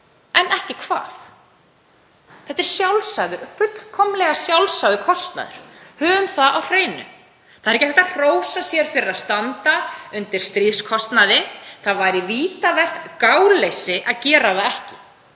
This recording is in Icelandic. En ekki hvað? Þetta er fullkomlega sjálfsagður kostnaður. Höfum það á hreinu. Það er ekki hægt að hrósa sér fyrir að standa undir stríðskostnaði. Það væri vítavert gáleysi að gera það ekki.